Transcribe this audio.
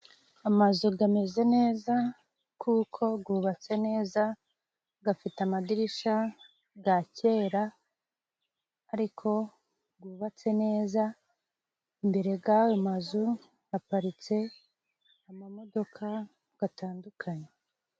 Amazu gameze neza kuko gubatse neza gafite amadirishya ga kera ariko gubatse neza. Imbere g'ayo mazu haparitse amamodoka gatandukanye.